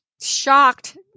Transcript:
shocked